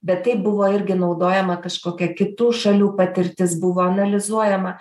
bet tai buvo irgi naudojama kažkokia kitų šalių patirtis buvo analizuojama